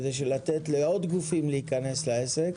לתת לעוד גופים להיכנס לעסק.